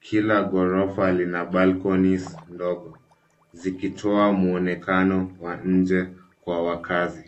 Kila ghorofa lina balconies ndogo zikitoa mwonekano wa nje kwa wakaazi.